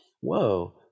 Whoa